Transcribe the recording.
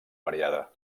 variada